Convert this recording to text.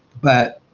but